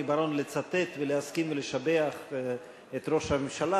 בר-און לצטט ולהסכים ולשבח את ראש הממשלה,